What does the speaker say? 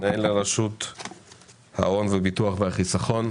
מנהל רשות ההון, הביטחון והחיסכון.